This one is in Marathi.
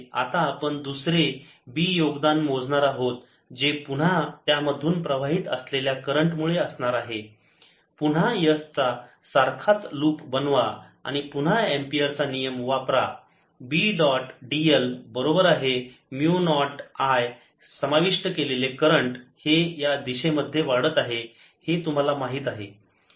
आता आपण दुसरे B योगदान मोजणार आहोत जे पुन्हा त्यामधून प्रवाहित असलेल्या करंट मुळे असणार आहे पुन्हा s चा सारखाच लूप बनवा आणि पुन्हा एंपियर चा नियम वापरा B डॉट dl बरोबर आहे म्यु नॉट I समाविष्ट केलेले करंट हे या दिशेमध्ये वाढत आहे हे तुम्हाला माहीत आहे